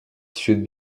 should